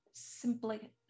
Simply